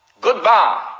goodbye